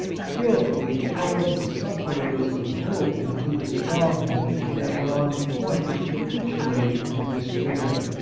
skilfully throwing the succours of hope into the strongholds that were on the point of capitulating to despair,